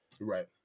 right